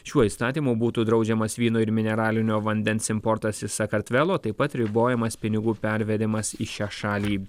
šiuo įstatymu būtų draudžiamas vyno ir mineralinio vandens importas iš sakartvelo taip pat ribojamas pinigų pervedimas į šią šalį